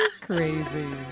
Crazy